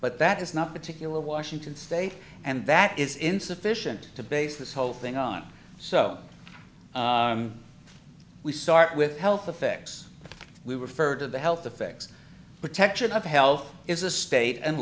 but that is not particular washington state and that is insufficient to base this whole thing on so we start with health effects we were furred of the health effects protection of health is a state and